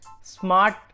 smart